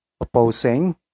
opposing